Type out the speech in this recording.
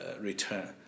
return